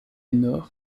nord